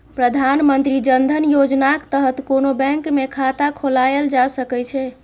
प्रधानमंत्री जन धन योजनाक तहत कोनो बैंक मे खाता खोलाएल जा सकै छै